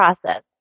process